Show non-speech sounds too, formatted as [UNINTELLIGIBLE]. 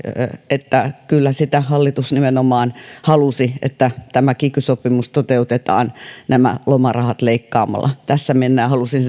että kyllä sitä hallitus nimenomaan halusi että tämä kiky sopimus toteutetaan nämä lomarahat leikkaamalla tässä mennään halusin [UNINTELLIGIBLE]